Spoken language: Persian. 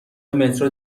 مترو